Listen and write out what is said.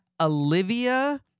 Olivia